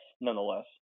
nonetheless